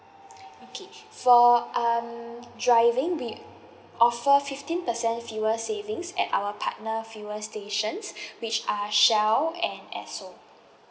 okay for um driving we offer fifteen percent fuel savings at our partner fuel stations which are shell and esso